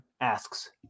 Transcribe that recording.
asks